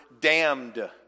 damned